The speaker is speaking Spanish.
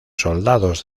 soldados